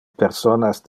personas